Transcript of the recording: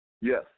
Yes